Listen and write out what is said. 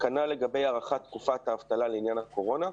כנ"ל לגבי הארכת תקופת האבטלה לעניין הקורונה,